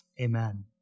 Amen